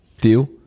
deal